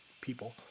people